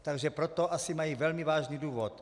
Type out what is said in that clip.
Takže pro to asi mají velmi vážný důvod.